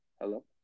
Hello